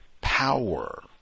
power